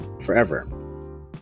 forever